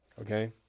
okay